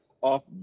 off